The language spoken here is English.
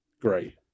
great